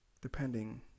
depending